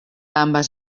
ambas